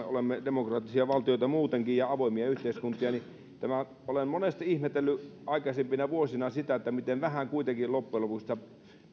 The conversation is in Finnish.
olemme demokraattisia valtioita muutenkin ja avoimia yhteiskuntia olen monesti ihmetellyt aikaisempina vuosina miten vähän kuitenkin loppujen lopuksi sitä